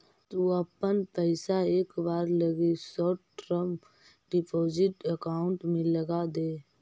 तु अपना पइसा एक बार लगी शॉर्ट टर्म डिपॉजिट अकाउंट में लगाऽ दे